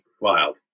wild